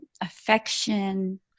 affection